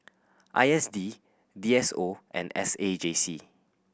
I S D D S O and S A J C